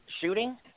shooting